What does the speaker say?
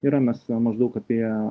yra mes maždaug apie